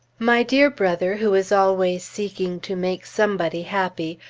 my dear brother, who is always seeking to make somebody happy,